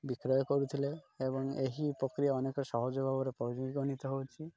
ବିକ୍ରୟ କରୁଥିଲେ ଏବଂ ଏହି ପ୍ରକ୍ରିୟା ଅନେକ ସହଜ ଭାବରେ ପ୍ରରିଗଣିତ ହେଉଛି